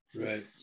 Right